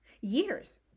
years